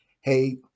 Hey